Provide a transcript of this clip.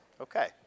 Okay